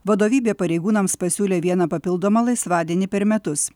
vadovybė pareigūnams pasiūlė vieną papildomą laisvadienį per metus